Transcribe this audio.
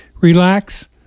relax